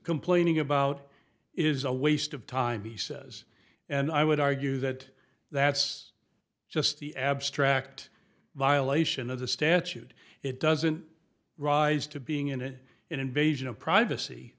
complaining about is a waste of time he says and i would argue that that's just the abstract violation of the statute it doesn't rise to being in an invasion of privacy